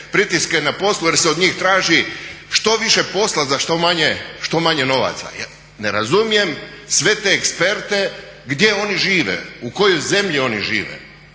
pritiske na poslu jer se od njih traži što više posla za što manje novaca. Ne razumijem sve te eksperte gdje oni žive, u kojoj zemlji oni žive